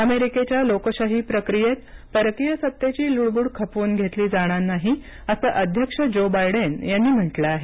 अमेरिकेच्या लोकशाही प्रक्रियेत परकीय सत्तेची लुडबुड खपवून घेतली जाणार नाही असं अध्यक्ष जो बायडेन यांनी म्हटलं आहे